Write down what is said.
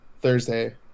Thursday